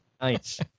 Nice